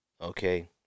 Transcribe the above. okay